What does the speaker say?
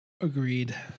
Agreed